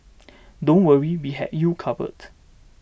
don't worry we have you covered